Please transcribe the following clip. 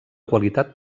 qualitat